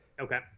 Okay